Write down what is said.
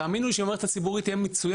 תאמינו לי שאם המערכת הציבורית תהיה מצוינת